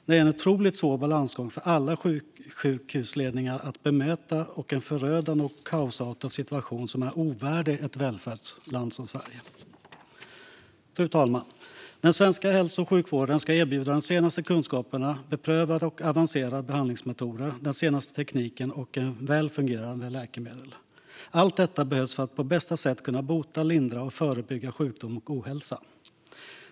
Det är en otroligt svår balansgång för alla sjukhusledningar att bemöta och en förödande och kaosartad situation som är ovärdig ett välfärdsland som Sverige. Fru talman! Den svenska hälso och sjukvården ska erbjuda de senaste kunskaperna, beprövade och avancerade behandlingsmetoder, den senaste tekniken och väl fungerande läkemedel. Allt detta behövs för att på bästa sätt kunna bota, lindra och förebygga sjukdom och ohälsa.